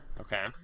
Okay